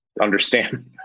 understand